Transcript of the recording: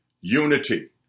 unity